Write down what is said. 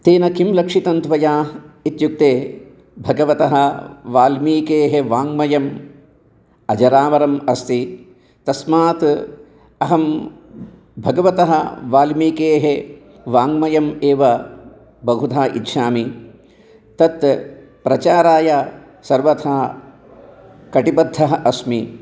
तेन किं लक्षितान्वया इत्युक्ते भगवतः वाल्मीकेः वाङ्मयम् अजरामरम् अस्ति तस्मात् अहं भगवतः वाल्मीकेः वाङ्मयम् एव बहुधा इच्छामि तत् प्रचाराय सर्वथा कटिबद्धः अस्मि